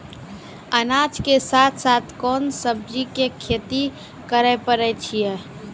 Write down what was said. अनाज के साथ साथ कोंन सब्जी के खेती करे पारे छियै?